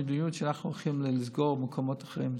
שאנחנו הולכים לסגור מקומות אחרים.